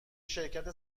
شرکت